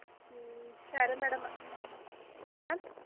సరే madam ma'am